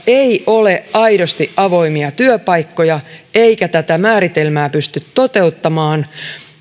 ei ole aidosti avoimia työpaikkoja eikä tätä määritelmää pysty toteuttamaan